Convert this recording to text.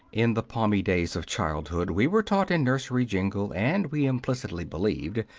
in the palmy days of childhood we were taught in nursery jingle, and we implicitly believed,